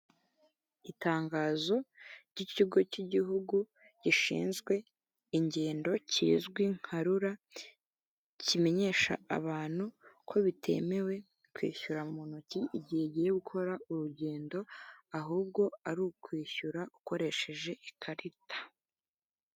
Itangazo ry'ikigo cy'igihugu gishinzwe ingendo kizwi nka rura kimenyesha abantu ko bitemewe kwishyura mu ntoki igihegiyeye gukora urugendo, ahubwo ari ukwishyura ukoresheje ikarita.